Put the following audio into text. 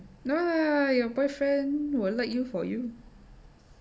no lah your boyfriend will like you for you